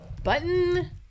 button